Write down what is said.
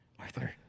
Arthur